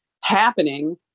happening